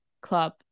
club